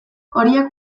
horiek